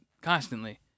constantly